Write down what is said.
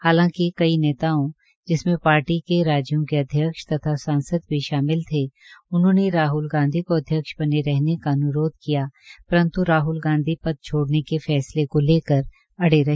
हालांकि कई नेताओं जिसमें पार्टी के राज्यों के अध्यक्ष तथा सांसद भी शामिल थे उन्होंने राहल गांधी को अध्यक्ष बने रहने का अनुरोध किया परंतु राहुल गांधी पद छोड़ने के फैसले को लेकर अड़े रहे